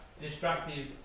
destructive